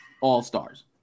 all-stars